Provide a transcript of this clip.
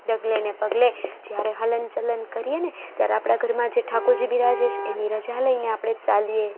ડગલેને પગલે જ્યારે હલન ચલન કારીએને ત્યારે આપણા ઘરમાં જે ઠાકોરજી બિરાજે છે એની રજા લઈને આપણે ચાલીએ